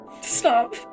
Stop